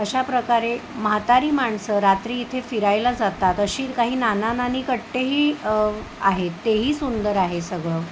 अशा प्रकारे म्हातारी माणसं रात्री इथे फिरायला जातात अशी काही नाना नानी कट्टेही आहेत तेही सुंदर आहे सगळं